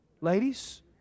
ladies